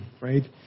right